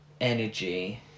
energy